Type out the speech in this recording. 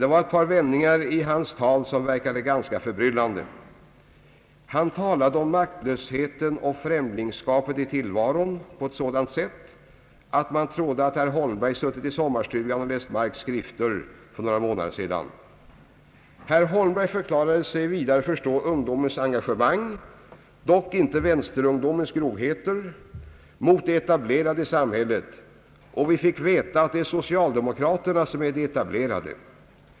Det var ett par vändningar i hans tal som verkade ganska förbryllande. Han talade om maktlösheten och främlingskapet i tillvaron på ett sådant sätt, att man trodde att herr Holmberg suttit i sommarstugan och läst Marx” skrifter för några månader sedan. Herr Holmberg förklarade sig vidare förstå ungdomens engagemang, dock inte »vänsterungdomens grovheter» mot det etablerade samhället. Vi fick veta att det är socialdemokraterna som är de etablerade.